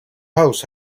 house